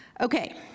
Okay